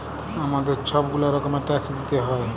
আমাদের ছব গুলা রকমের ট্যাক্স দিইতে হ্যয়